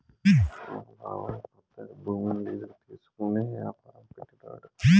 మా బాబాయ్ కొంత భూమిని లీజుకి తీసుకునే యాపారం పెట్టినాడు